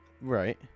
Right